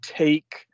take